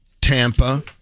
Tampa